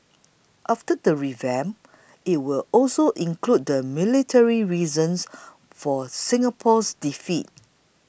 after the revamp it will also include the military reasons for Singapore's defeat